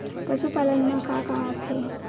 पशुपालन मा का का आथे?